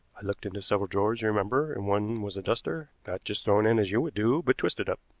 i looked into several drawers, you remember. in one was a duster, not just thrown in as you would do, but twisted up.